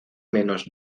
menos